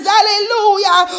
Hallelujah